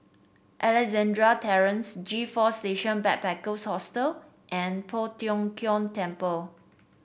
Alexandra Terrace G Four Station Backpackers Hostel and Poh Tiong Kiong Temple